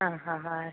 ആ ഹാ ഹാ